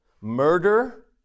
murder